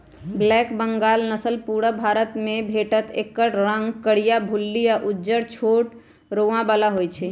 black Bengal नसल पुरुब भारतमे भेटत एकर रंग करीया, भुल्ली आ उज्जर छोट रोआ बला होइ छइ